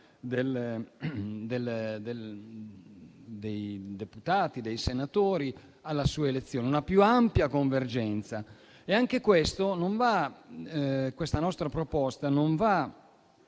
dei deputati e dei senatori alla sua elezione e una più ampia convergenza. Questa nostra proposta, come la